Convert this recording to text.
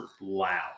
loud